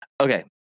Okay